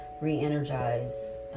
re-energize